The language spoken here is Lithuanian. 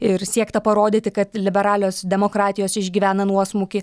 ir siekta parodyti kad liberalios demokratijos išgyvena nuosmukį